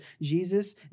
Jesus